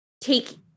take